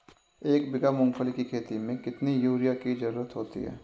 एक बीघा मूंगफली की खेती में कितनी यूरिया की ज़रुरत होती है?